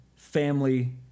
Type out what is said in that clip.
family